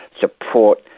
support